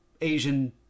Asian